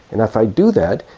and if i do that,